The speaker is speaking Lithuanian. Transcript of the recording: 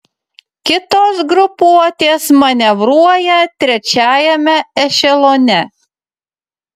kitos grupuotės manevruoja trečiajame ešelone